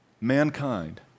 mankind